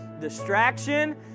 Distraction